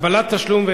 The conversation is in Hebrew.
185)